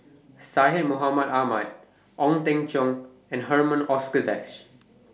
Syed Mohamed Ahmed Ong Teng Cheong and Herman Hochstadt